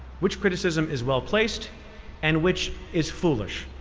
which criticism is well placed and which is foolish.